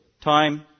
time